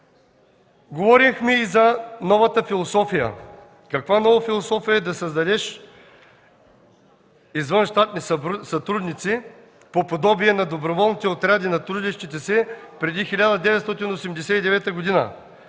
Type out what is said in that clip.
Говорихме и за новата философия. Каква нова философия е да създадеш извънщатни сътрудници по подобие на доброволните отряди на трудещите се преди 1989 г.?